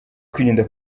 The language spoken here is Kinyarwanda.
kwirinda